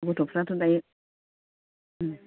गथ'फ्राथ' दायो